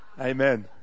Amen